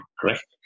correct